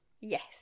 yes